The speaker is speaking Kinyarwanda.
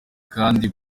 kandi